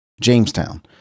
Jamestown